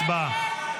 הצבעה.